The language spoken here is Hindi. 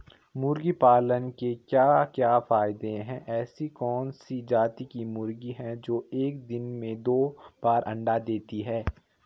मुर्गी पालन के क्या क्या फायदे हैं ऐसी कौन सी जाती की मुर्गी है जो एक दिन में दो बार अंडा देती है?